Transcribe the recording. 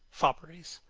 fopperies.